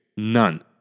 None